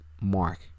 mark